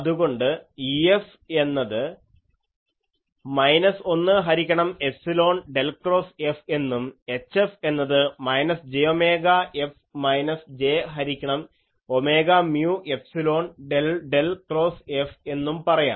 അതുകൊണ്ട് EFഎന്നത് മൈനസ് 1 ഹരിക്കണം എഫ്സിലോൺ ഡെൽ ക്രോസ് F എന്നും HFഎന്നത് minus j omega F minus j ഹരിക്കണം omega mu epsilon del del cross F എന്നും പറയാം